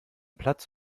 platz